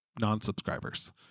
non-subscribers